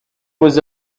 was